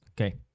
okay